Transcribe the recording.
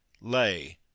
lay